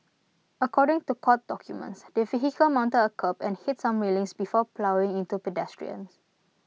according to court documents the vehicle mounted A curb and hit some railings before ploughing into pedestrians